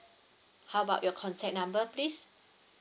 how about your contact number please